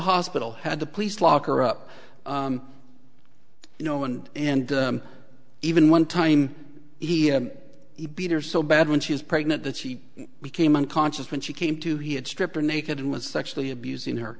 hospital had the police lock her up you know and and even one time he beat her so bad when she was pregnant that she became unconscious when she came to he had stripped her naked and was sexually abusing her